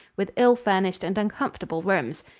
with ill-furnished and uncomfortable rooms.